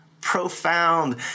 profound